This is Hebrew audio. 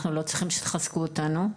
אנחנו לא צריכים שתחזקו אותנו.